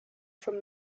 from